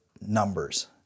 numbers